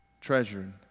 treasured